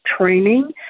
training